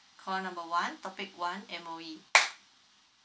call number one topic one M_O_E